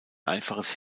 einfaches